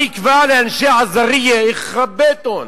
אני אקבע לאנשי עזרייה, יח'רב ביתהום,